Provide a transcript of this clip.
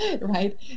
right